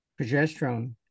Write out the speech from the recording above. progesterone